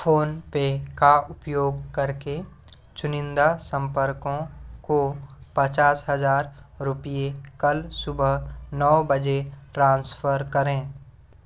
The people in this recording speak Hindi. फ़ोनपे का उपयोग करके चुनिंदा संपर्कों को पचास हज़ार रुपये कल सुबह नौ बजे ट्रांसफ़र करें